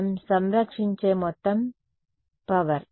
మనం సంరక్షించే మొత్తం పవర్